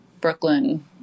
Brooklyn